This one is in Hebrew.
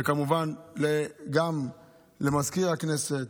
וכמובן גם למזכיר הכנסת,